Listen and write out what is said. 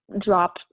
drop